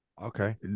Okay